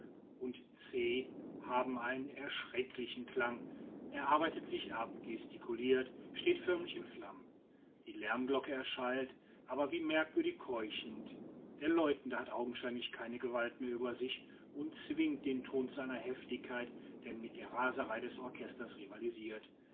und c haben einen erschrecklichen klang er arbeitet sich ab gesticulirt steht förmlich in flammen die lärmglocke erschallt aber wie merkwürdig keuchend der läutende hat augenscheinlich keine gewalt mehr über sich und zwingt den ton zu einer heftigkeit die mit der raserei des orchesters rivalisirt